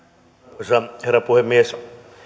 arvoisa herra puhemies